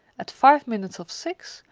at five minutes of six,